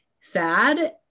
sad